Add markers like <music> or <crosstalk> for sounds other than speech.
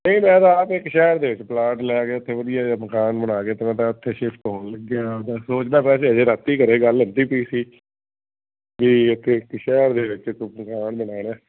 ਨਹੀਂ ਮੈਂ ਤਾਂ ਆਪ ਇੱਕ ਸ਼ਹਿਰ ਦੇ ਵਿੱਚ ਪਲਾਟ ਲੈ ਕੇ ਉੱਥੇ ਵਧੀਆ ਜਿਹਾ ਮਕਾਨ ਬਣਾ ਕੇ ਅਤੇ ਮੈਂ ਤਾਂ ਉੱਥੇ ਸ਼ਿਫਟ ਹੋਣ ਲੱਗਿਆਂ ਤਾਂ ਸੋਚਦਾ ਵੈਸੇ ਅਜੇ ਰਾਤੀਂ ਘਰ ਗੱਲ ਹੁੰਦੀ ਪਈ ਸੀ ਵੀ ਇੱਥੇ ਇੱਕ ਸ਼ਹਿਰ ਦੇ ਵਿੱਚ <unintelligible> ਮਕਾਨ ਬਣਾਉਣਾ